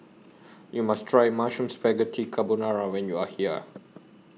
YOU must Try Mushroom Spaghetti Carbonara when YOU Are here